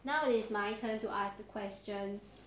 now us my turn to ask questions